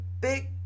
big